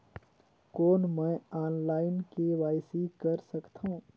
कौन मैं online KYC कर सकथव?